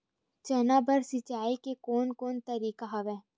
चना बर सिंचाई के कोन कोन तरीका हवय?